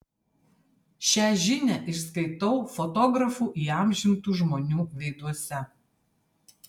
šią žinią išskaitau fotografų įamžintų žmonių veiduose